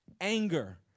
anger